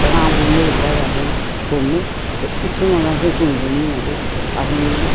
राम लीला बिच्चां गै असें सुनने ते उत्थूं दा गै असें सुनी सुनियै ते असेंगी